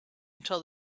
until